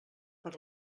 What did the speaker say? per